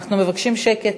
אנחנו מבקשים שקט.